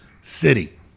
city